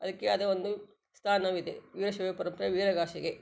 ಅದಕ್ಕೆ ಆದ ಒಂದು ಸ್ಥಾನವಿದೆ ವೀರಶೈವ ಪರಂಪರೆಯ ವೀರಗಾಸೆಗೆ